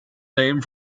name